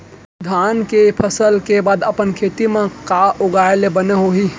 धान के फसल के बाद अपन खेत मा का उगाए ले बने होही?